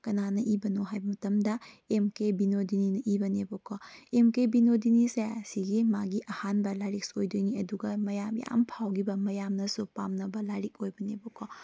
ꯀꯅꯥꯅ ꯏꯕꯅꯣ ꯍꯥꯏꯕ ꯃꯇꯝꯗ ꯑꯦꯝ ꯀꯦ ꯕꯤꯅꯣꯗꯤꯅꯤꯅ ꯏꯕꯅꯦꯕꯀꯣ ꯑꯦꯝ ꯀꯦ ꯕꯤꯅꯣꯗꯤꯅꯤꯁꯦ ꯑꯁꯤꯒꯤ ꯃꯥꯀꯤ ꯑꯍꯥꯟꯕ ꯂꯥꯏꯔꯤꯛꯁꯨ ꯑꯣꯏꯗꯣꯏꯅꯤ ꯑꯗꯨꯒ ꯃꯌꯥꯝ ꯌꯥꯝꯅ ꯐꯥꯎꯈꯤꯕ ꯃꯌꯥꯝꯅꯁꯨ ꯄꯥꯝꯅꯕ ꯂꯥꯏꯔꯤꯛ ꯑꯣꯏꯕꯅꯦꯕꯀꯣ